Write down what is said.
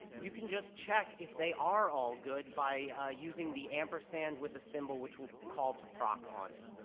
you can just check if they are all good by using the ampersand with the symbol which will call to proc on it.